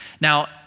Now